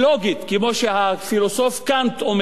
כמו שהפילוסוף קאנט אומר,